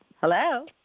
Hello